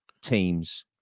teams